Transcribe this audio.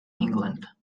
england